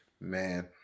Man